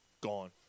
gone